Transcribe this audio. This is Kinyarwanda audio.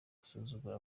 gusuzugura